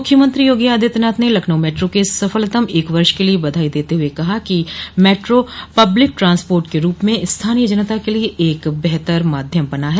मुख्यमंत्री योगी आदित्यनाथ ने लखनऊ मेट्रो के सफलतम एक वर्ष के लिए बधाई देते हुए कहा कि मेट्रो पब्लिक ट्रांसपोर्ट के रूप में स्थानीय जनता के लिए एक बेहतर माध्यम बना है